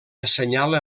assenyala